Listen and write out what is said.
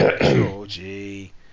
Georgie